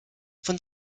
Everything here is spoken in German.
von